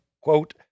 quote